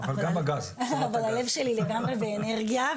אבל הלב שלי לגמרי באנרגיה.